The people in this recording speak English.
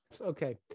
Okay